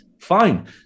Fine